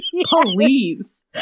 please